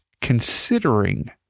considering